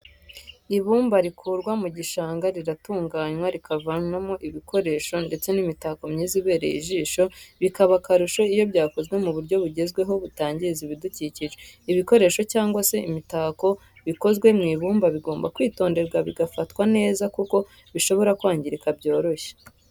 Ibumba rikurwa mu gishanga riratunganywa rikavamo ibikoresho ndetse n'imitako myiza ibereye ijisho bikaba akarusho iyo byakozwe mu buryo bugezweho butangiza ibidukikije. ibikoresho cyangwa se imitako bikozwe mu ibumba bigomba kwitonderwa bigafatwa neza kuko bishobora kwangirika byoroshye.